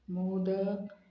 modak